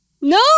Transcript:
No